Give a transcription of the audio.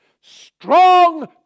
Strong